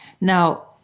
Now